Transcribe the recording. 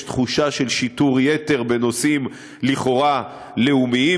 יש תחושה של שיטור יתר בנושאים שהם לכאורה לאומיים.